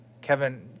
Kevin